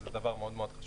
שזה דבר מאוד מאוד חשוב.